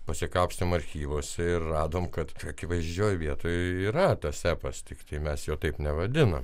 pasikapstėm archyvuose ir radom kad akivaizdžioj vietoj yra tas epas tiktai mes jo taip nevadinam